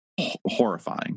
horrifying